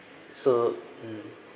so mm